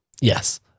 Yes